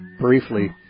briefly